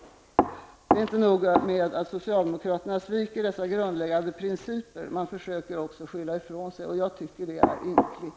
Det är inte bara så att socialdemokraterna sviker dessa grundläggande principer. De försöker också att skylla ifrån sig. Jag tycker att det är ynkligt.